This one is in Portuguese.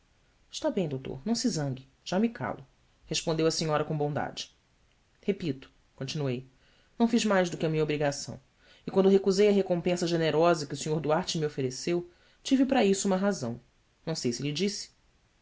está bem doutor não se zangue já me calo respondeu a senhora com bondade epito continuei não fiz mais do que a minha obrigação e quando recusei a recompensa generosa que o sr duarte me ofereceu tive para isso uma razão não sei se lhe disse